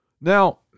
Now